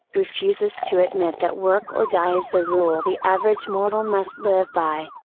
refuses to admit that work or die is the rule the average mortal must live by.